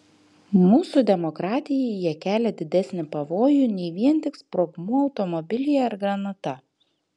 mūsų demokratijai jie kelia didesnį pavojų nei vien tik sprogmuo automobilyje ar granata